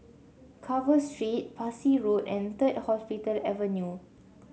Carver Street Parsi Road and Third Hospital Avenue